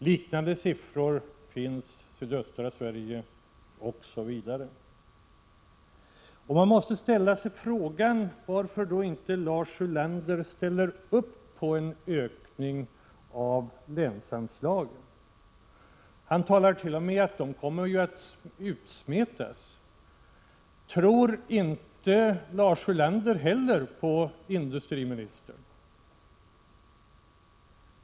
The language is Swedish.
Liknande siffror finns för bl.a. sydöstra Sverige. Man måste ställa sig frågan varför då inte Lars Ulander ställer upp på en ökning av länsanslagen. Han talar t.o.m. om att de kommer att ”utsmetas”. Tror inte Lars Ulander heller på industriministern?